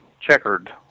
checkered